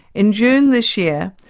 in june this year,